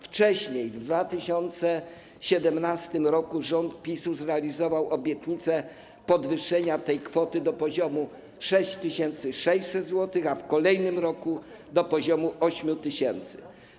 Wcześniej w 2017 r. rząd PiS zrealizował obietnicę podwyższenia tej kwoty do poziomu 6600 zł, a w kolejnym roku - do poziomu 8 tys. zł.